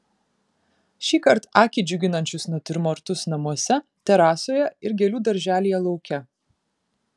šįkart akį džiuginančius natiurmortus namuose terasoje ir gėlių darželyje lauke